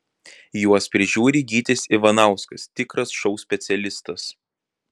juos prižiūri gytis ivanauskas tikras šou specialistas